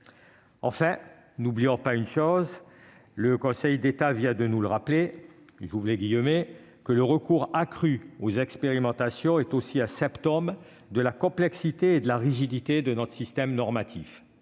Enfin, ne l'oublions pas- le Conseil d'État vient de nous le rappeler -, le « recours accru aux expérimentations [...] est aussi un symptôme de la complexité et de la rigidité de notre système normatif.